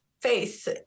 faith